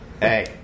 Hey